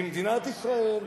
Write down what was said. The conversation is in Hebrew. במדינת ישראל,